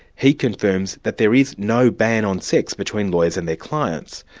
he confirms that there is no ban on sex between lawyers and their clients.